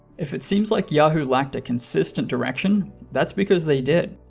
if it seems like yahoo lacked a consistent direction that's because they did.